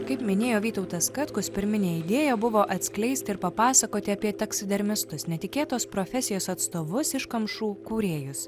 kaip minėjo vytautas katkus pirminė idėja buvo atskleisti ir papasakoti apie teksidermistus netikėtos profesijos atstovus iškamšų kūrėjus